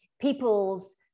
people's